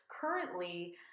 currently